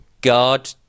God